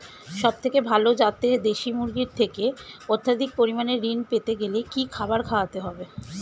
সবথেকে ভালো যাতে দেশি মুরগির থেকে অত্যাধিক পরিমাণে ঋণ পেতে গেলে কি খাবার খাওয়াতে হবে?